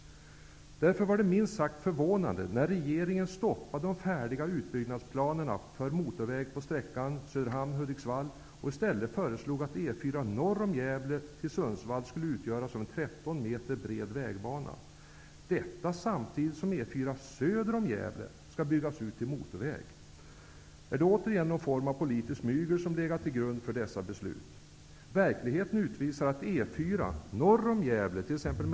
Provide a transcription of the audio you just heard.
Därför var det minst sagt förvånande när regeringen stoppade de färdiga utbyggnadsplanerna för motorväg när det gäller sträckan Söderhamn--Hudiksvall och i stället föreslog att E 4 norr om Gävle, till Sundsvall, skulle utgöras av en 13 m bred vägbana. Detta föreslår man samtidigt som E 4 söder om Gävle skall byggas ut till motorväg! Är det återigen någon form av politiskt mygel som legat till grund för dessa beslut? Verkligheten utvisar att E 4 norr om Gävle, t.ex.